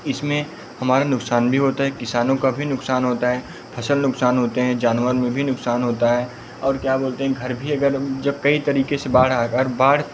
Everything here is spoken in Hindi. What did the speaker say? इसमें हमारा नुक़सान भी होता है किसानों का भी नुक़सान होता है फसल नुक़सान होते हैं जानवर में भी नुक़सान होता है और क्या बोलते हैं घर भी अगर जब कई तरिक़े से बाढ़ बाढ़